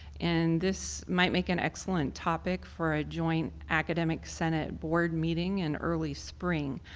and this might make an excellent topic for a joint academic senate board meeting in early spring.